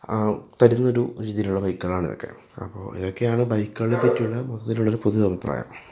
ആ തരുന്നൊരു രീതിയിലുള്ള ബൈക്കുകളാണ് ഇതൊക്കെ അപ്പോൾ ഇതൊക്കെയാണ് ബൈക്കുകളെ പറ്റിയുള്ള മൊത്തത്തിലുള്ളൊരു പൊതു അഭിപ്രായം